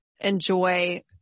enjoy